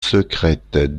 secrète